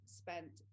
spent